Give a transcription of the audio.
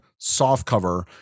softcover